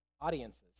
audiences